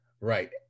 right